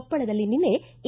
ಕೊಪ್ಪಳದಲ್ಲಿ ನಿನ್ನೆ ಇ